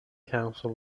council